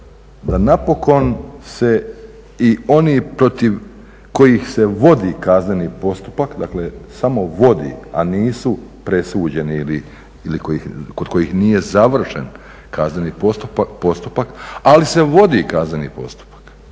da napokon se i oni protiv kojih se vodi kazneni postupak, dakle samo vodi a nisu presuđeni ili kod kojih nije završen kazneni postupak, ali se vodi kazneni postupak